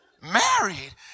Married